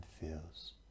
feels